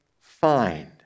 find